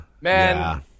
man